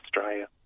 Australia